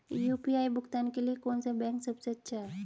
UPI भुगतान के लिए कौन सा बैंक सबसे अच्छा है?